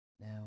Now